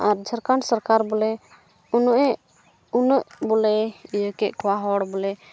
ᱟᱨ ᱡᱷᱟᱲᱠᱷᱚᱸᱰ ᱥᱚᱨᱠᱟᱨ ᱵᱚᱞᱮ ᱩᱱᱟᱹᱜ ᱮ ᱩᱱᱟᱹᱜ ᱵᱚᱞᱮ ᱤᱭᱟᱹ ᱠᱮᱫ ᱠᱚᱣᱟ ᱦᱚᱲ ᱵᱚᱞᱮ